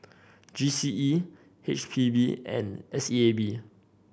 G C E H P B and S E A B